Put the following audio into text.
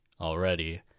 already